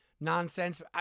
nonsense